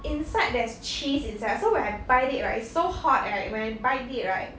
inside there's cheese inside so when I bite it right it's so hot and I when I bite it right